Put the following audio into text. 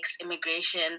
immigration